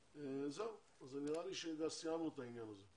זהו, נראה לי שסיימנו את העניין הזה.